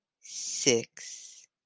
six